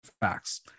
facts